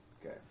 Okay